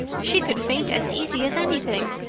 she could faint as easy as anything.